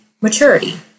maturity